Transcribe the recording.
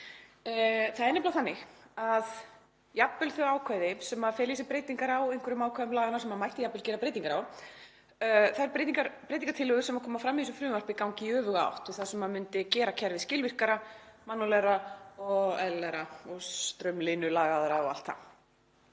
Það er nefnilega þannig að jafnvel þau ákvæði sem fela í sér breytingar á einhverjum ákvæðum laganna sem mætti jafnvel gera breytingar á, þær breytingartillögur sem koma fram í þessu frumvarpi, ganga í öfuga átt við það sem myndi gera kerfið skilvirkara og mannúðlegra og eðlilegra og straumlínulagaðra og allt það.